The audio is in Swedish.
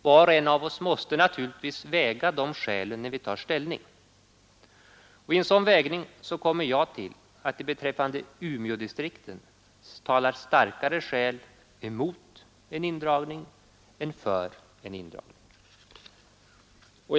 Var och en av oss måste naturligtvis väga de skälen när vi tar ställning. Vid en sådan vägning kommer jag till att beträffande Umeådistrikten talar starkare skäl emot en indragning än för en indragning.